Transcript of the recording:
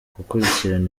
gukurikirana